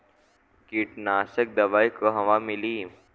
कीटनाशक दवाई कहवा मिली?